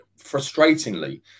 frustratingly